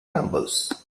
numbers